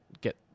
get